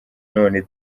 none